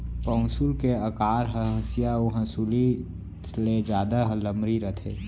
पौंसुल के अकार ह हँसिया अउ हँसुली ले जादा लमरी रथे